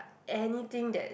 anything that